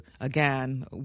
again